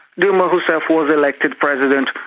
dilma herself was elected president,